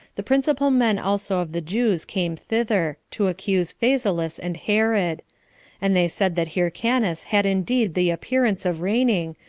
the principal men also of the jews came thither, to accuse phasaelus and herod and they said that hyrcanus had indeed the appearance of reigning,